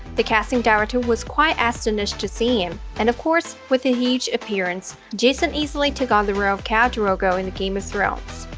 the casting director was quite astonished to see him, and of course, with his huge appearance, jason easily took on the role of khal drogo in game of thrones.